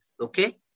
okay